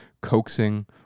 coaxing